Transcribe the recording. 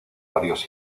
varios